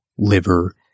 Liver